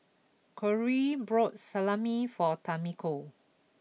Korey bought Salami for Tamiko